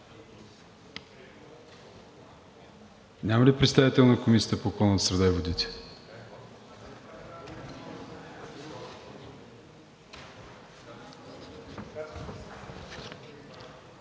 Няма ли представител на Комисията по околната среда и водите?